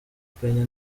urwenya